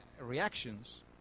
reactions